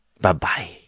Bye-bye